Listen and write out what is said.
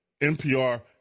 NPR